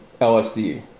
LSD